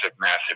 massive